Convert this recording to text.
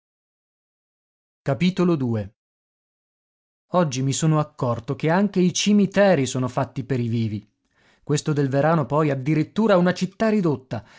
buona notte oggi mi sono accorto che anche i cimiteri sono fatti per i vivi questo del verano poi addirittura una città ridotta